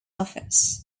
office